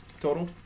Total